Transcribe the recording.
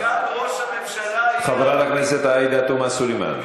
סגן ראש הממשלה, חברת הכנסת עאידה תומא סלימאן,